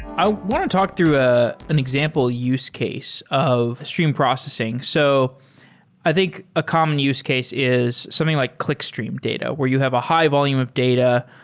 i want to talk through ah an example use case of stream processing. so i think a common use case is something like clickstream data where you have a high volume of data,